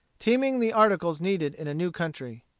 teaming the articles needed in a new country.